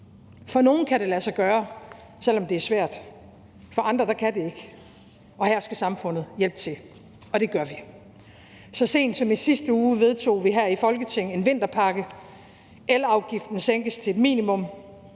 For nogen kan det lade sig gøre, selv om det er svært, for andre kan det ikke, og her skal samfundet hjælpe til – og det gør vi. Så sent som i sidste uge vedtog vi her i Folketinget en vinterpakke. Elafgiften sænkes til et minimum.